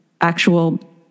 actual